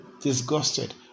disgusted